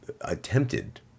attempted